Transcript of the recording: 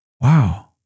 Wow